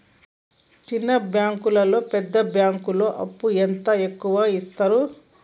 చిన్న బ్యాంకులలో పెద్ద బ్యాంకులో అప్పు ఎంత ఎక్కువ యిత్తరు?